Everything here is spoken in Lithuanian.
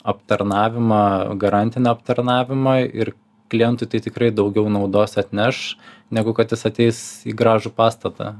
aptarnavimą garantinį aptarnavimą ir klientui tai tikrai daugiau naudos atneš negu kad jis ateis į gražų pastatą